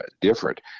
different